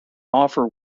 offer